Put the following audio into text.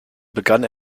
begann